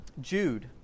Jude